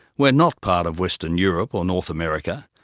we are not part of western europe or north america,